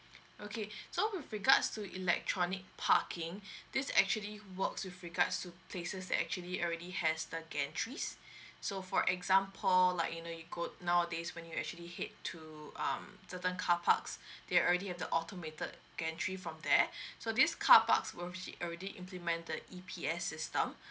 okay so with regards to electronic parking this actually works with regards to places that actually already has the gantries so for example like you know you go nowadays when you actually head to um certain car parks they already have the automated gantry from there so these car parks will already implement the E_P_S system